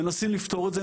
מנסים לפתור את זה,